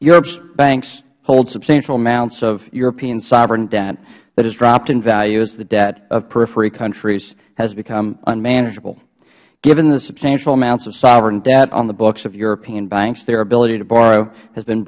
europe's banks hold substantial amounts of european sovereign debt that has dropped in value as the debt of periphery countries has become unmanageable given the substantial amounts of sovereign debt on the books of european banks their ability to borrow has been